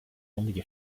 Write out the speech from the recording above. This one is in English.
only